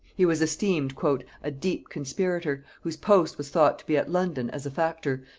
he was esteemed a deep conspirator, whose post was thought to be at london as a factor,